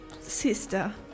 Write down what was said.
Sister